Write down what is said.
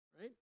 Right